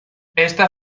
esta